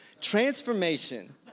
Transformation